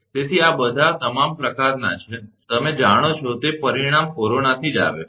તેથી આ આ બધા પ્રકારનાં છે તમે જાણો છો કે તે પરિણામ કોરોનાથી જ આવે છે